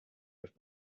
have